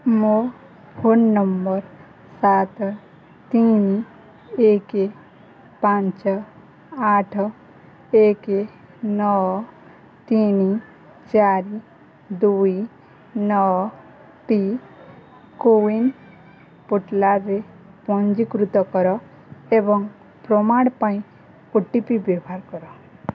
ମୋ phone number ସାତ ତିନି ଏକ ପାଞ୍ଚ ଆଠ ଏକ ନଅ ତିନି ଚାରି ଦୁଇ ନଅଟି କୋୱିନ୍ ପୋର୍ଟଲ୍ରେ ପଞ୍ଜୀକୃତ କର ଏବଂ ପ୍ରମାଣ ପାଇଁ ଓ ଟି ପି ବ୍ୟବହାର କର